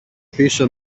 πίσω